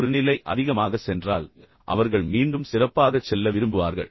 ஒரு நிலை அதிகமாக சென்றால் அவர்கள் மீண்டும் சிறப்பாகச் செல்ல விரும்புவார்கள்